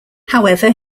however